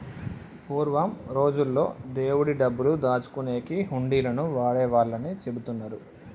పూర్వం రోజుల్లో దేవుడి డబ్బులు దాచుకునేకి హుండీలను వాడేవాళ్ళని చెబుతున్నరు